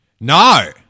No